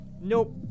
Nope